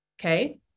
okay